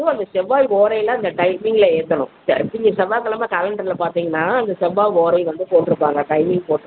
இது அந்த செவ்வாய் ஓலையில் இந்த டைமிங்கில் ஏற்றணும் ச நீங்கள் செவ்வாய் கிழமை கலண்டரில் பார்த்திங்கன்னா அந்த செவ்வாய் ஓலை போட்டுருப்பாங்க டைமிங் போட்டுருப்பாங்க